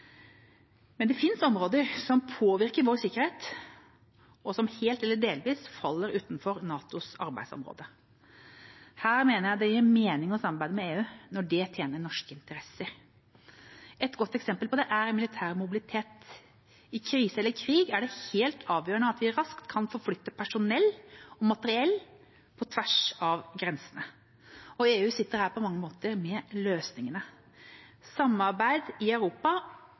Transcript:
Men det finnes områder som påvirker vår sikkerhet og som helt eller delvis faller utenfor NATOs arbeidsområde. Her mener jeg det gir mening å samarbeide med EU når det tjener Norges interesser. Et godt eksempel på det er militær mobilitet. I krise eller krig er det helt avgjørende at vi raskt kan forflytte personell og materiell på tvers av grensene. EU sitter her på mange av løsningene. Samarbeid i Europa